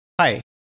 Hi